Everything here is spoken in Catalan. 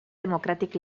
democràtic